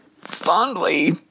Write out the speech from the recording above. fondly